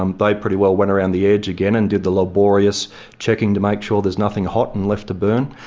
um they pretty well went around the edge again and did the laborious checking to make make sure there's nothing hot and left to burn,